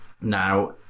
now